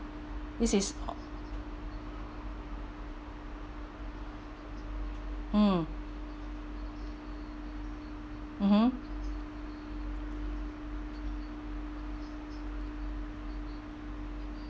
this is mm mmhmm